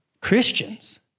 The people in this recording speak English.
Christians